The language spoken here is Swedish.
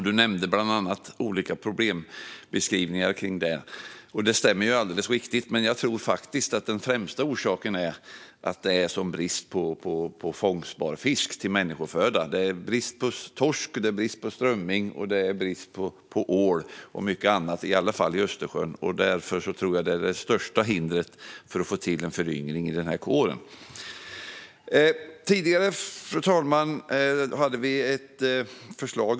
Du nämnde bland annat olika problembeskrivningar kring detta. Det är alldeles riktigt, men jag tror faktiskt att den främsta orsaken är att det är brist på fisk till människoföda. Det är brist på torsk, strömming, ål och mycket annat - i alla fall i Östersjön. Det tror jag är det största hindret för att få till en föryngring i denna kår. Fru talman!